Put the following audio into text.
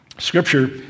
Scripture